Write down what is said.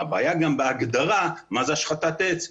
הבעיה היא בהגדרה של מה זה השחתת עץ.